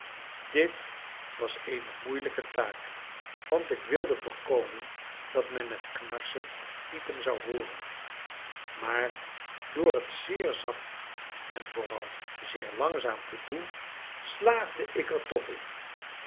dit was eene moeilijke taak want ik wilde voorkomen dat men het knarsen of piepen zou hooren maar door het zeer zacht en vooral zeer langzaam te doen slaagde ik er toch in